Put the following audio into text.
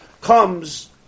comes